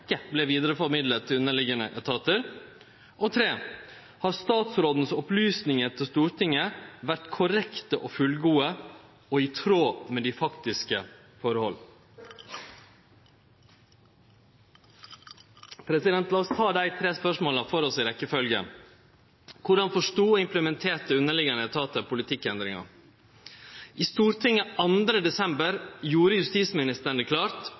ikke ble videreformidlet til underliggende etater? 3. Har statsrådens opplysninger til Stortinget vært korrekte og fullgode, og i tråd med de faktiske forhold?» La oss ta dei tre spørsmåla for oss i rekkjefølgje. Korleis forstod og implementerte underliggjande etatar politikkendringa? I Stortinget den 2. desember gjorde justisministeren det klart